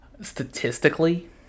Statistically